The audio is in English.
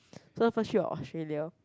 so first trip was Australia